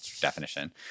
definition